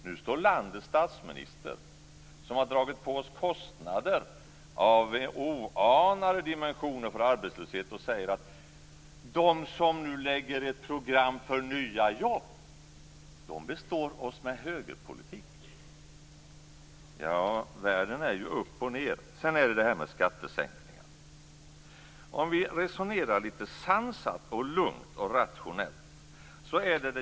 Nu står landets statsminister, som har dragit på oss kostnader av oanade dimensioner för arbetslöshet, och säger att de som nu lägger fram ett program för nya jobb består oss med högerpolitik. Världen är upp och ned. Sedan vill jag ta upp frågan om skattesänkningar. Låt oss resonera litet sansat och lugnt och rationellt.